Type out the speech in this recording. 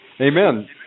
Amen